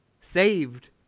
saved